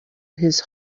his